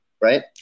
right